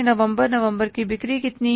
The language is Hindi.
नवंबर नवंबर की बिक्री कितनी है